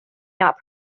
not